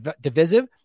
divisive